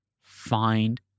find